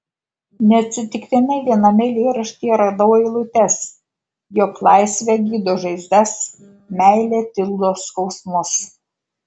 neatsitiktinai viename eilėraštyje radau eilutes jog laisvė gydo žaizdas meilė tildo skausmus